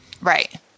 right